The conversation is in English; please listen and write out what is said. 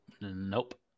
Nope